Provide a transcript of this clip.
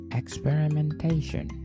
experimentation